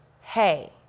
hey